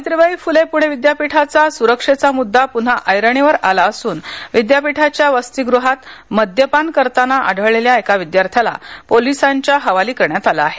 सावित्रीबाई फुले पुणे विद्यापीठाचां सुरक्षेचा मुद्दा पुन्हा ऐरणीवर आला असून विद्यापीठाच्या वसतिगृहातील मद्यपान करताना आढळलेल्या एका विद्यार्थ्याला पोलिसांच्या हवाली करण्यात आले आहे